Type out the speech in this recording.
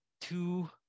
two